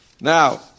Now